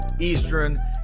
Eastern